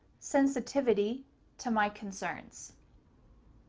sensitivity to my concerns.